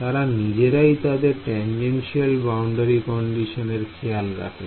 তারা নিজেরাই তাদের টানজেনশিয়াল বাউন্ডারি কন্ডিশনের খেয়াল রাখে